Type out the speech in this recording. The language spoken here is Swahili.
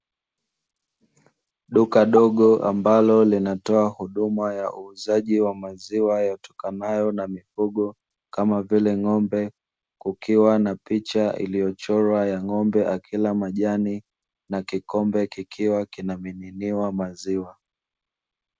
Duka dogo ambalo linatoa huduma ya uuzaji wa maziwa, yatokanayo na mifugo kamavile ng'ombe, kukiwa na picha iliyochorwa ya ng'ombe akila majani na kikombe kikiwa na kinamiminiwa maziwa.